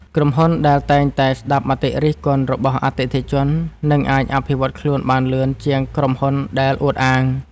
ក្រុមហ៊ុនដែលតែងតែស្ដាប់មតិរិះគន់របស់អតិថិជននឹងអាចអភិវឌ្ឍខ្លួនបានលឿនជាងក្រុមហ៊ុនដែលអួតអាង។